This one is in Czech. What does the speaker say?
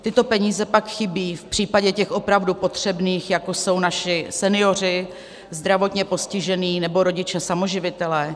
Tyto peníze pak chybí v případě těch opravdu potřebných, jako jsou naši senioři, zdravotně postižení nebo rodiče samoživitelé.